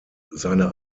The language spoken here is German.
seine